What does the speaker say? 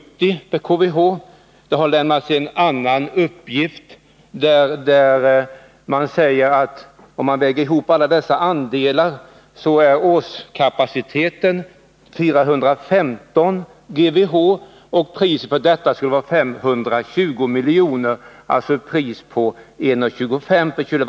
I 10 december 1981 annan uppgift sägs att om man lägger ihop all vattenkraft är årskapaciteten 415 GWh och priset skulle vara 520 milj.kr., alltså 1:25 kr. per kWh.